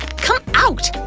come out!